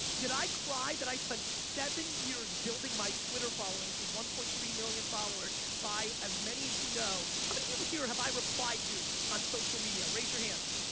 did i cry that i spent seven years building my twitter following to one point three million followers by, as many of you know, how many people here have i replied to on social media? raise your hands.